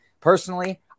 Personally